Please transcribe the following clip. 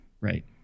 Right